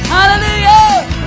Hallelujah